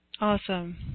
Awesome